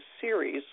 series